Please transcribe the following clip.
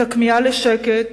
את הכמיהה לשקט,